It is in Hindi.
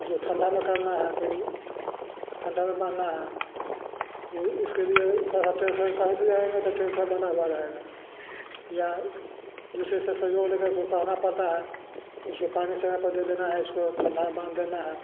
जो ठंडा में करना है तो ठंडा में बांधना है तो इसके लिए थोड़ा हा टेंशन कहीं भी रहेंगे तो टेंशन बना हुआ रहेगा या दूसरे सह संगी होने पर उसको कहना पड़ता है उसको पानी समय पर दे देना है उसको ठंडा में बांध देना है